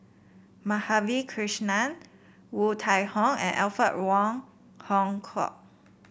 Madhavi Krishnan Woon Tai Ho and Alfred Wong Hong Kwok